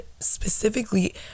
specifically